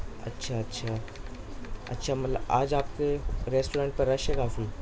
اچھا اچھا اچھا مطلب آج آپ کے ریسٹورنٹ پر رش ہے کافی